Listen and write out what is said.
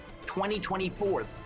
2024